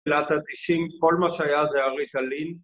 ‫תחילת ה-90 כל מה שהיה זה הריטלין.